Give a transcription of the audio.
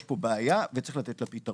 יש פה בעיה וצריך לתת לה פתרון.